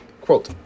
Quote